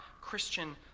Christian